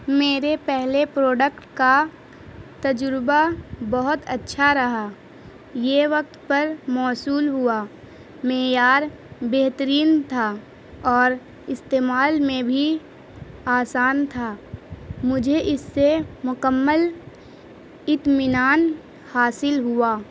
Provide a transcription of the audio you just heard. میرے پہلے پروڈکٹ کا تجربہ بہت اچھا رہا یہ وقت پر موصول ہوا معیار بہترین تھا اور استعمال میں بھی آسان تھا مجھے اس سے مکمل اطمینان حاصل ہوا